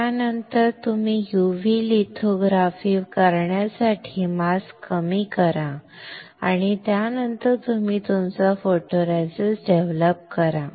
त्यानंतर तुम्हीUV लिथोग्राफी करण्यासाठी मास्क कमी करा आणि त्यानंतर तुम्ही तुमचा फोटोरेसिस्ट डेव्हलप करा